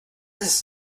ist